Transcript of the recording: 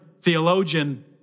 theologian